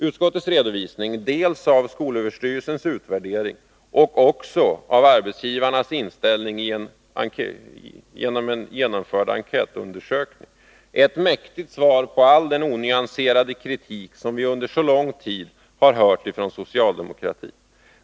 Utskottets redovisning dels av skolöverstyrelsens utvärdering, dels av arbetsgivarnas inställning, såsom den kommit till uttryck ien genomförd enkät, är ett mäktigt svar på all den onyanserde kritik som vi under så lång tid har hört från socialdemokratin.